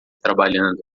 trabalhando